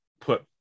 put